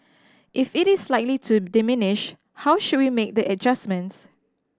if it is likely to diminish how should we make the adjustments